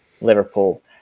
Liverpool